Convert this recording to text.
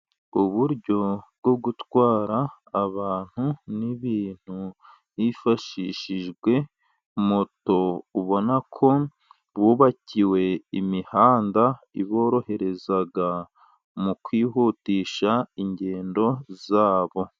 Uburyo bwo gutwara abantu n'ibintu hifashishijwe moto ubonako bubakiwe imihanda, iborohereza mu kwihutisha ingendo zabo.